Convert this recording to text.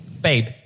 Babe